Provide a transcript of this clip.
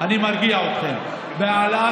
אני מרגיע אתכם לגבי העלאת